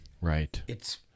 Right